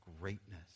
greatness